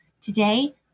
Today